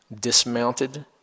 dismounted